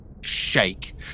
shake